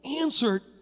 answered